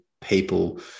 people